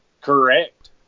Correct